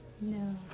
No